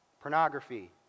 pornography